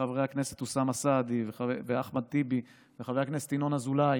חברי הכנסת אוסאמה סעדי ואחמד טיבי וחבר הכנסת ינון אזולאי